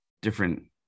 different